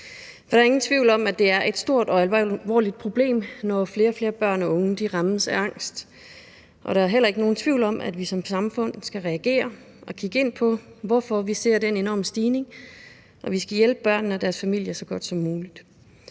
Der er ingen tvivl om, at det er et stort og alvorligt problem, når flere og flere børn og unge rammes af angst, og der er heller ikke nogen tvivl om, at vi som samfund skal reagere og kigge på, hvorfor vi ser den enorme stigning. Og vi skal hjælpe børnene og deres familier så godt som muligt.